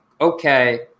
okay